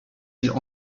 îles